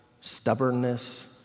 stubbornness